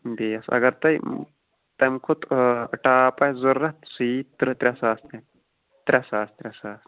بیس اگر توہہِ تمہِ کھۄتہٕ ٲں ٹاپ آسہِ ضوٚرتھ سُہ یِی ترٛےٚ ترٛےٚ ساس تانۍ ترٛےٚ ساس ترٛےٚ ساس